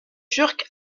turque